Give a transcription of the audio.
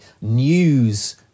news